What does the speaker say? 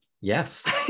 Yes